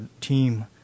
team